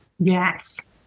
Yes